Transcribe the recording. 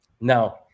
Now